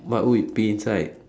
what would be inside